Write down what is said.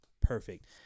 perfect